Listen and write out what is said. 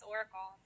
Oracle